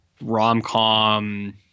rom-com